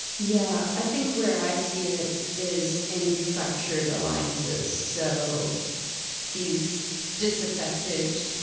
yeah i think where i see it is in fractured alliances. so these disaffected,